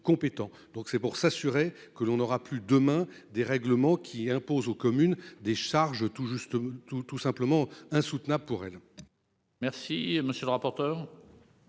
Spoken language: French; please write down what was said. Donc c'est pour s'assurer que l'on aura plus demain des règlements qui impose aux communes des charges tout juste tout tout simplement insoutenable pour elle.